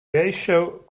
eisiau